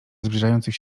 zbliżających